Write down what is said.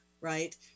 right